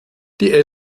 die